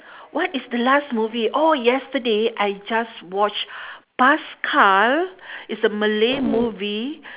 what is the last movie oh yesterday I just watched paskal is a malay movie